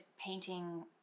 painting